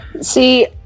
See